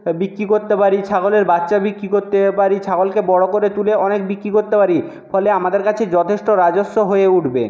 বিক্রি করতে পারি ছাগলের বাচ্চা বিক্রি করতে পারি ছাগলকে বড়ো করে তুলে অনেক বিক্রি করতে পারি ফলে আমাদের কাছে যথেষ্ট রাজস্ব হয়ে উঠবে